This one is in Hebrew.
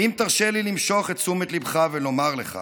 האם תרשה לי למשוך את תשומת ליבך ולומר לך